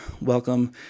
welcome